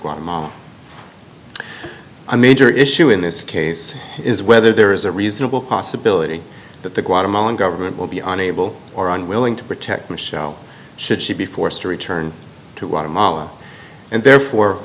guatemala a major issue in this case is whether there is a reasonable possibility that the guatemalan government will be unable or unwilling to protect michelle should she be forced to return to out of mala and therefore